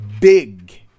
big